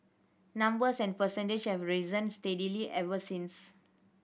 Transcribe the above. numbers and percentage have risen steadily ever since